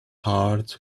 hearts